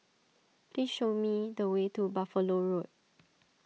please show me the way to Buffalo Road